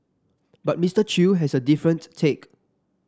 but Mister Chew has a different take